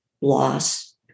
loss